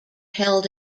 held